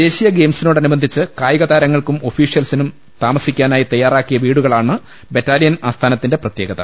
ദേശീയ ഗെയിംസിനോടനുബന്ധിച്ച് കായിക താരങ്ങൾക്കും ഒഫീഷ്യലുകൾക്കും താമസിക്കാനായി തയാറാക്കിയ വീടുകളാണ് ബറ്റാലിയൻ ആസ്ഥാനത്തിന്റെ പ്രത്യേകത